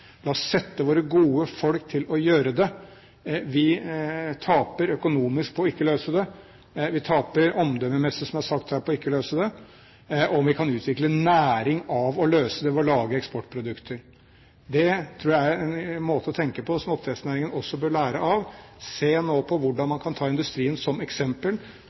La oss sette våre gode folk til å gjøre det. Vi taper økonomisk på ikke å løse det. Vi taper omdømmemessig – som jeg har sagt her – på ikke å løse det, og vi kan utvikle næring av å løse det ved å lage eksportprodukter. Det tror jeg er en måte å tenke på som oppdrettsnæringen også bør lære av – nå se på hvordan man kan ta industrien som eksempel,